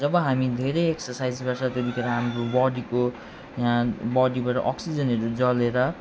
जब हामी धेरै एक्सर्साइज गर्छ त्यतिखेर हाम्रो बडीको यहाँ बडीबाट अक्सिजनहरू जलेर